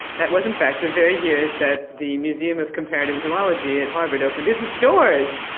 that was in fact the very year that the museum of comparative zoology at harvard opened its doors.